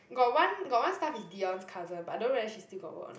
got one got one staff is Dion's cousin but I don't know whether she still got work or not